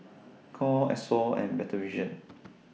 Knorr Esso and Better Vision